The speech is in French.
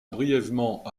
brièvement